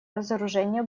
разоружения